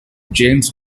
james